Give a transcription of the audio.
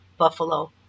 Buffalo